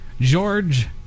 George